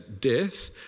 death